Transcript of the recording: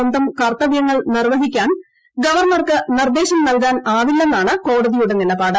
സ്വന്തം കർത്തവൃങ്ങൾ നിർവഹിക്കാൻ ഗവർണർക്ക് നിർദ്ദേശം നൽകാൻ ആവില്ലെന്നാണ് കോടതിയുടെ നിലപാട്